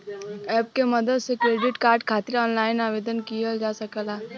app के मदद से क्रेडिट कार्ड खातिर ऑनलाइन आवेदन किहल जा सकला